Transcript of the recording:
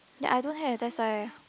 ya I don't have that's why